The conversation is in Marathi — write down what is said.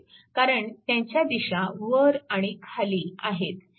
कारण त्याच्या दिशा वर आणि खाली आहेत